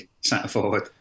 centre-forward